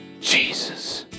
Jesus